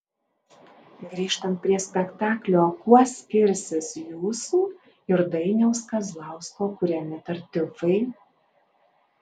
grįžtant prie spektaklio kuo skirsis jūsų ir dainiaus kazlausko kuriami tartiufai